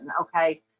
okay